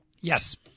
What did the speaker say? Yes